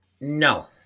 No